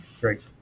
Great